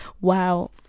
Wow